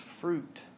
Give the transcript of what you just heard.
fruit